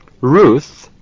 Ruth